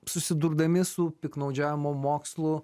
susidurdami su piktnaudžiavimu mokslu